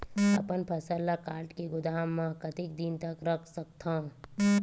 अपन फसल ल काट के गोदाम म कतेक दिन तक रख सकथव?